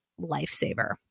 lifesaver